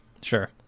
Sure